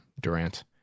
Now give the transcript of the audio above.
Durant